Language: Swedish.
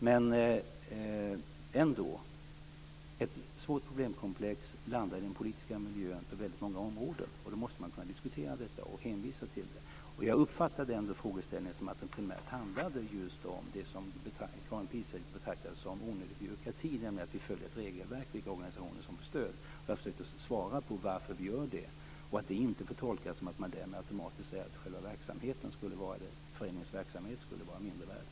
Det är ett svårt problemkomplex som landar i den politiska miljön på väldigt många områden. Då måste man kunna diskutera detta och hänvisa till det. Jag uppfattade frågeställningen som att det primärt handlade om det som Karin Pilsäter betraktade som onödig byråkrati, nämligen att vi följer ett regelverk för vilka organisationer som får stöd. Jag försökte svara på varför vi gör det och att det inte får tolkas som att man därmed automatiskt säger att själva föreningsverksamheten skulle vara av mindre värde.